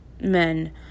men